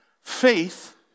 faith